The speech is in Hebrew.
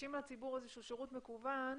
כשמנגישים לציבור איזשהו שירות מקוון,